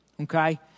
Okay